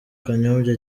kanyombya